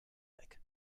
weg